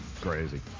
Crazy